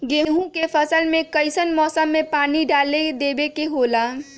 गेहूं के फसल में कइसन मौसम में पानी डालें देबे के होला?